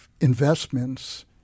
investments